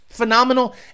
phenomenal